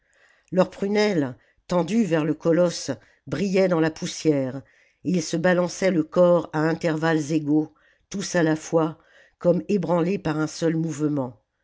leurs prunelles tendues vers le colosse brillaient dans la poussière et ils se balançaient le corps à intervalles égaux tous à la fois comme ébranlés par un seul mouvement